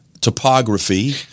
topography